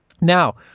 Now